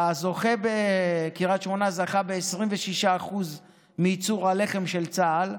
הזוכה בקריית שמונה זכה ב-26% מייצור הלחם של צה"ל,